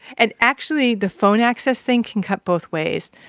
and actually, the phone access thing can cut both ways.